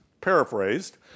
paraphrased